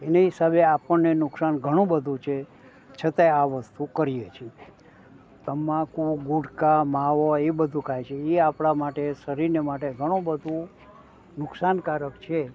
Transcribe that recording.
એને હિસાબે આપણને નુકસાન ઘણું બધું છે છતાં આ વસ્તુ કરીએ છીએ તમાકુ ગુટકા માવો એ બધું ખાય છે એ આપણા માટે શરીરને માટે ઘણું બધું નુકસાનકારક છે